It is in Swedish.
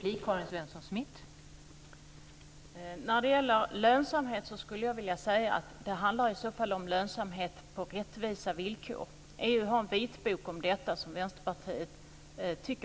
Fru talman! När det gäller lönsamhet skulle jag vilja säga att det ska handla om lönsamhet på rättvisa villkor. EU har givit ut en vitbok om detta som vi i Vänsterpartiet